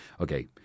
Okay